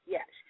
Yes